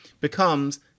becomes